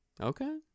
okay